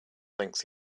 thinks